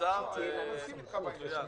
קצר ומדויק.